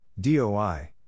DOI